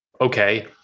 Okay